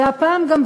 והפעם גם,